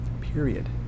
Period